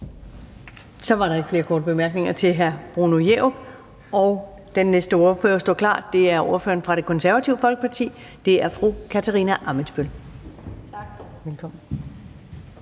Så var der ikke flere korte bemærkninger til hr. Bruno Jerup. Den næste ordfører står klar, og det er ordføreren for Det Konservative Folkeparti, fru Katarina Ammitzbøll. Velkommen.